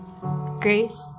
Grace